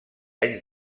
anys